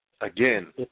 Again